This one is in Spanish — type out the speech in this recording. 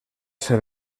ser